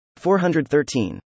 413